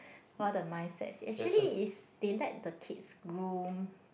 all the mindsets actually is they let the kids groom